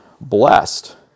blessed